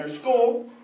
school